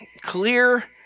clear